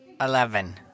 Eleven